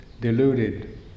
deluded